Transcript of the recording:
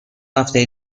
هفته